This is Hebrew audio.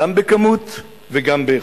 גם בכמות וגם באיכות.